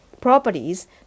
properties